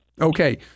okay